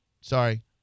Sorry